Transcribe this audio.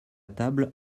table